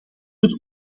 het